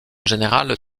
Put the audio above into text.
général